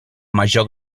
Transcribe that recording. major